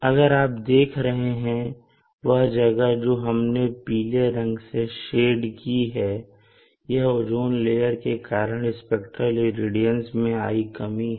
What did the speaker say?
अगर आप देख रहे हैं वह जगह जो हमने पीले रंग से सेड की है यह ओज़ोन लेयर के कारण स्पेक्ट्रल इरेडियंस में आई कमी है